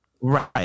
right